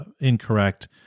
incorrect